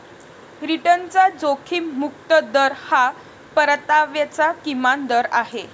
रिटर्नचा जोखीम मुक्त दर हा परताव्याचा किमान दर आहे